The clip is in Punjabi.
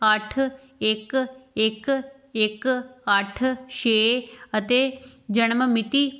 ਅੱਠ ਇੱਕ ਇੱਕ ਇੱਕ ਅੱਠ ਛੇ ਅਤੇ ਜਨਮ ਮਿਤੀ